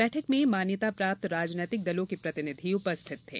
बैठक में मान्यता प्राप्त राजनैतिक दलों के प्रतिनिधि उपस्थित थे